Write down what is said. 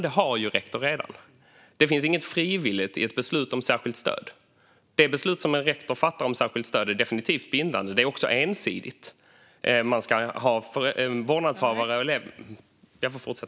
Det har ju rektor redan. Det finns inget frivilligt i ett beslut om särskilt stöd. Det beslut som en rektor fattar om särskilt stöd är definitivt bindande. Det är också ensidigt.